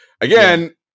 again